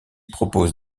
propose